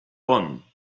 one